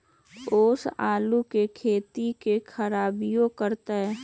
ओस आलू के फसल के खराबियों करतै?